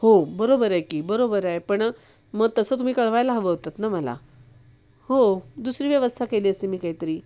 हो बरोबर आहे की बरोबर आहे पण मग तसं तुम्ही कळवायला हवं होतात ना मला हो दुसरी व्यवस्था केली असती मी काहीतरी